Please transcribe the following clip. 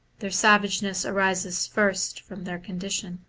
their savage ness arises first from their condition.